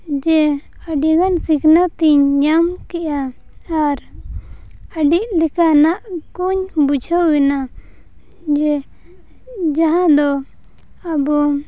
ᱡᱮ ᱟᱹᱰᱤᱜᱟᱱ ᱥᱤᱠᱷᱱᱟᱹᱛᱤᱧ ᱧᱟᱢᱠᱮᱫᱼᱟ ᱟᱨ ᱟᱹᱰᱤ ᱞᱮᱠᱟᱱᱟᱜᱠᱚᱧ ᱵᱩᱡᱷᱟᱹᱣᱮᱱᱟ ᱡᱮ ᱡᱟᱦᱟᱸᱫᱚ ᱟᱵᱚ